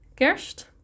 Kerst